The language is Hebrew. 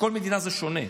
בכל מדינה זה שונה,